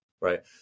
Right